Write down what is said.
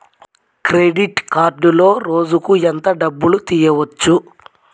Credit కార్డులో రోజుకు ఎంత డబ్బులు తీయవచ్చు?